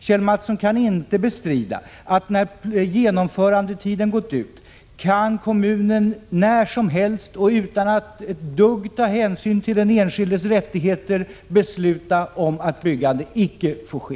Kjell Mattsson kan inte bestrida att när genomförandetiden gått ut kan kommunen när som helst och utan att ta hänsyn till den enskildes rättigheter besluta om att byggande icke får ske.